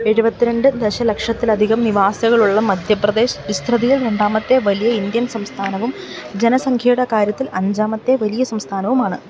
എഴുപത്തിരണ്ട് ദശലക്ഷത്തിലധികം നിവാസികളുള്ള മധ്യപ്രദേശ് വിസ്തൃതിയിൽ രണ്ടാമത്തെ വലിയ ഇന്ത്യൻ സംസ്ഥാനവും ജനസംഖ്യയുടെ കാര്യത്തിൽ അഞ്ചാമത്തെ വലിയ സംസ്ഥാനവുമാണ്